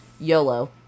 YOLO